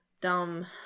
dumb